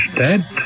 dead